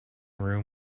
room